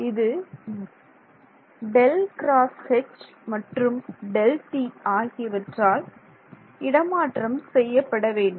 இது ∇× H மற்றும் Δt ஆகியவற்றால் இடமாற்றம் செய்யப்பட வேண்டும்